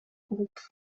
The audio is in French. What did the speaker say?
groupes